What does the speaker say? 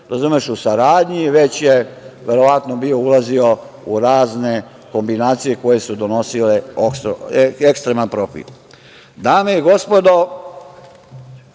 u saradnji, već je verovatno bio ulazio u razne kombinacije koje su donosile ekstreman profit. Dame i gospodo,